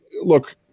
look